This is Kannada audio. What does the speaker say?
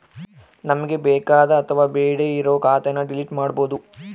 ನಮ್ಗೆ ಬೇಕಾದ ಅಥವಾ ಬೇಡ್ಡೆ ಇರೋ ಖಾತೆನ ಡಿಲೀಟ್ ಮಾಡ್ಬೋದು